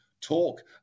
talk